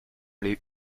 les